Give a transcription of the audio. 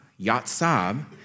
Yatsab